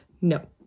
no